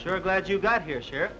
sure glad you got here here